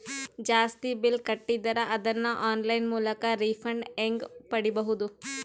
ಜಾಸ್ತಿ ಬಿಲ್ ಕಟ್ಟಿದರ ಅದನ್ನ ಆನ್ಲೈನ್ ಮೂಲಕ ರಿಫಂಡ ಹೆಂಗ್ ಪಡಿಬಹುದು?